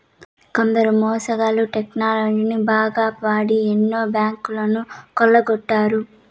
కొందరు మోసగాళ్ళు టెక్నాలజీని బాగా వాడి ఎన్నో బ్యాంకులను కొల్లగొట్టారు